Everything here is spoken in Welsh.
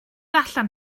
allan